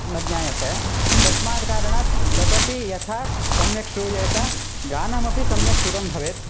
न ज्ञायते तस्मात् कारणात् तदपि यथा सम्यक् श्रूयेत गानमपि सम्यक् श्रुतं भवेत्